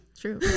True